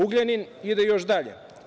Ugljanin ide još dalje.